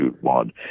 one